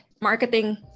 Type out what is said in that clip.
marketing